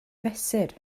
fesur